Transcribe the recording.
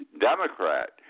Democrat